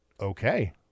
Okay